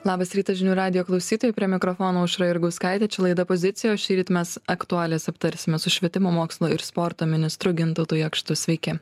labas rytas žinių radijo klausytojai prie mikrofono aušra jurgauskaitė čia laida pozicija o šįryt mes aktualijas aptarsime su švietimo mokslo ir sporto ministru gintautu jakštu sveiki